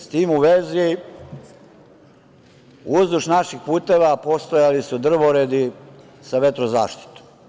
S tim u vezi, uzduž naših puteva postojali su drvoredi sa vetrozaštitom.